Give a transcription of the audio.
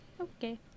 Okay